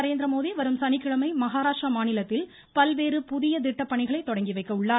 நரேந்திரமோடி வரும் சனிக்கிழமை மஹராஷ்டிர மாநிலத்தில் பல்வேறு புதிய திட்டப்பணிகளை தொடங்கிவைக்க உள்ளார்